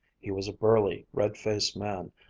he was a burly, red-faced man,